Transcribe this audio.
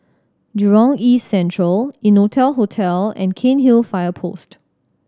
Jurong East Central Innotel Hotel and Cairnhill Fire Post